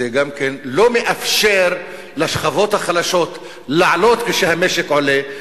זה גם לא מאפשר לשכבות החלשות לעלות כשהמשק עולה.